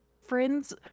friends